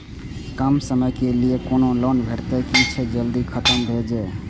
कम समय के लीये कोनो लोन भेटतै की जे जल्दी खत्म भे जे?